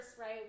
right